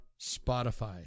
Spotify